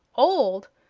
old!